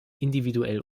individuell